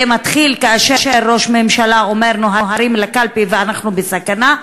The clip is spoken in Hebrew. זה מתחיל כאשר ראש ממשלה אומר: נוהרים לקלפי ואנחנו בסכנה,